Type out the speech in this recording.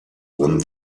one